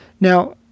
Now